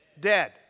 dead